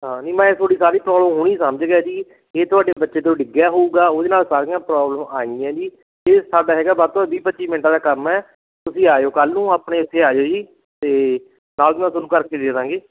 ਹਾਂ ਨਹੀਂ ਮੈਂ ਤੁਹਾਡੀ ਸਾਰੀ ਪ੍ਰੋਬਲਮ ਹੁਣ ਈ ਸਮਝ ਗਿਆ ਜੀ ਇਹ ਤੁਹਾਡੇ ਬੱਚੇ ਤੋਂ ਡਿੱਗਿਆ ਹੋਊਗਾ ਉਹਦੇ ਨਾਲ ਸਾਰੀਆਂ ਪ੍ਰੋਬਲਮ ਆਈਆਂ ਜੀ ਇਹ ਸਾਡਾ ਹੈਗਾ ਵੱਧ ਤੋਂ ਵੱਧ ਵੀਹ ਪੱਚੀ ਮਿੰਟਾਂ ਦਾ ਕੰਮ ਹੈ ਤੁਸੀਂ ਆਇਓ ਕੱਲ੍ਹ ਨੂੰ ਆਪਣੇ ਇਥੇ ਆ ਜਿਓ ਜੀ ਅਤੇ ਨਾਲ ਦੀ ਨਾਲ ਤੁਹਾਨੂੰ ਕਰਕੇ ਦੇ ਦੇਵਾਂਗੇ